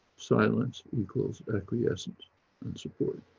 silence equals acquiescence and support.